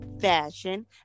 fashion